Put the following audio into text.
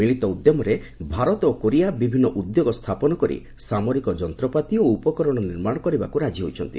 ମିଳିତ ଉଦ୍ୟମରେ ଭାରତ ଓ କୋରିଆ ବିଭିନ୍ନ ଉଦ୍ୟୋଗ ସ୍ଥାପନ କରି ସାମରିକ ଯନ୍ତ୍ରପାତି ଓ ଉପକରଣ ନିର୍ମାଣ କରିବାକୁ ରାଜି ହୋଇଛନ୍ତି